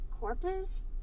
Corpus